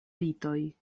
ritoj